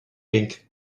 pink